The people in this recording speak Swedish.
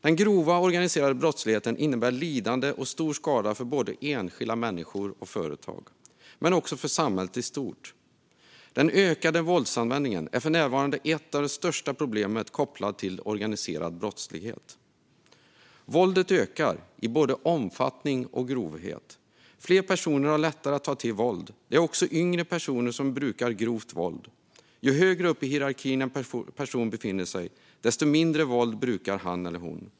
Den grova organiserade brottsligheten innebär lidande och stor skada för både enskilda människor och företag och även för samhället i stort. Den ökande våldsanvändningen är för närvarande ett av de största problemen kopplat till organiserad brottslighet. Våldet ökar i både omfattning och grovhet. Fler personer har lättare att ta till våld. Det är också yngre personer som brukar grovt våld. Ju högre upp i hierarkin en person befinner sig, desto mindre våld brukar han eller hon.